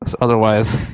Otherwise